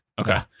okay